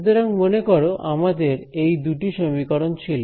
সুতরাং মনে করো আমাদের এই দুটি সমীকরণ ছিল